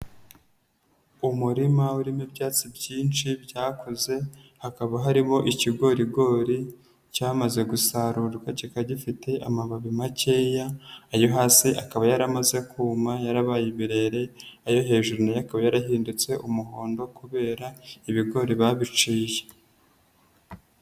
Umurima urimo ibyatsi byinshi byakuze, hakaba harimo ikigorigori cyamaze gusarurwa kikaba gifite amababi makeya, ayo hasi akaba yaramaze kuma yarabaye ibirere, ayo hejuru akaba yarahindutse umuhondo kubera ibigori babiciye.